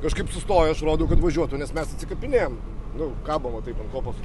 kažkaip sustoju aš rodau kad važiuotų nes mes atsikapinėjam nu kabom va taip ant kopos